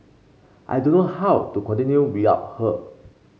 I don't know how to continue without her